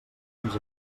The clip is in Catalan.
ens